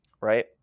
Right